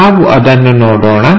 ನಾವು ಅದನ್ನು ನೋಡೋಣ